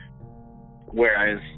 whereas